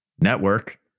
network